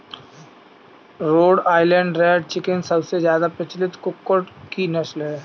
road Island Red chicken सबसे ज्यादा प्रचलित कुक्कुट की नस्ल है